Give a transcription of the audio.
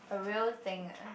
a real thing ah